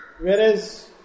Whereas